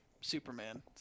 Superman